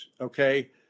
okay